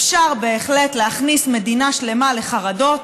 אפשר בהחלט להכניס מדינה שלמה לחרדות,